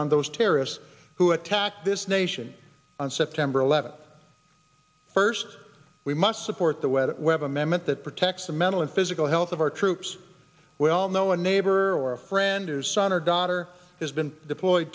on those terrorists who attacked this nation on september eleventh first we must support the way that webb amendment that protects the mental and physical health of our troops we all know a neighbor or a friend whose son or daughter has been deployed